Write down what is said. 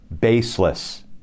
baseless